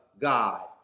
God